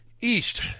east